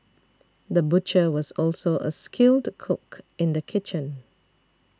the butcher was also a skilled cook in the kitchen